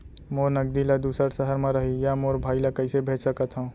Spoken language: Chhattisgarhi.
मोर नगदी ला दूसर सहर म रहइया मोर भाई ला कइसे भेज सकत हव?